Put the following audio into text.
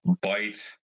bite